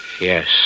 Yes